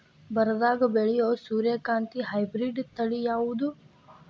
ಬರದಾಗ ಬೆಳೆಯೋ ಸೂರ್ಯಕಾಂತಿ ಹೈಬ್ರಿಡ್ ತಳಿ ಯಾವುದು?